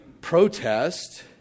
protest